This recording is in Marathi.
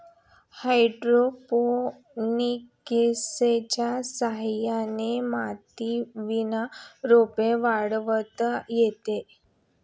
हायड्रोपोनिक्सच्या सहाय्याने मातीविना रोपं वाढवता येतात